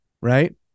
right